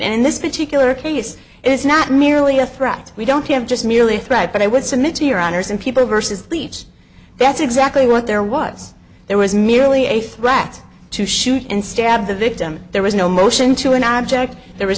in this particular case is not merely a threat we don't have just merely a threat but i would submit to your honor's in people versus least that's exactly what there was there was nearly a threat to shoot and stab the victim there was no motion to an object there was